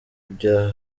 bya